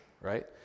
right